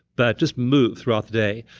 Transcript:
but just move throughout the day.